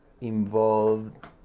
involved